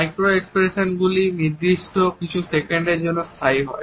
macro expression গুলি নির্দিষ্ট কিছু সেকেন্ডের জন্য স্থায়ী হয়